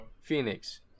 Phoenix